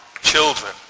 children